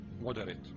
moderate